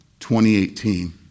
2018